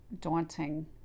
daunting